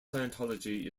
scientology